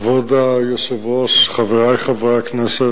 כבוד היושב-ראש, חברי חברי הכנסת,